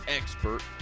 expert